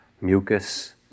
mucus